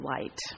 light